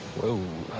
whoa.